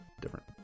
different